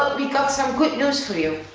ah we've got some good news for you.